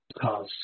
Cause